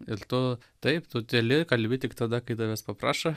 ir tu taip tu tyli kalbi tik tada kai tavęs paprašo